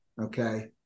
okay